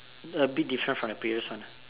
a bit different from the previous one ah